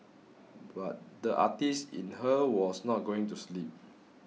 but the artist in her was not going to sleep